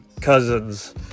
Cousins